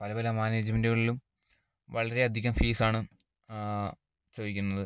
പല പല മാനേജ്മെൻറ്റ്കളിലും വളരെ അധികം ഫീസ് ആണ് ചോദിക്കുന്നത്